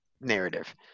narrative